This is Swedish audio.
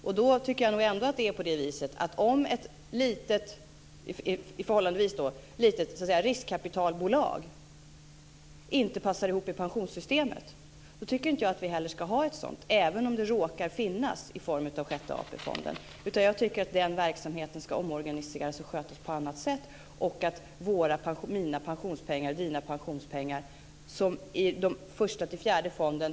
Jag tycker nog ändå att vi, om ett förhållandevis litet riskkapitalbolag inte passar ihop med pensionssystemet, inte heller ska ha ett sådant även om det råkar finnas i form av Sjätte AP-fonden. Jag tycker att den verksamheten ska omorganiseras och skötas på annat sätt. Mina och Mats Odells pensionspengar finns i Första-Fjärde AP-fonden.